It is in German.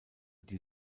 die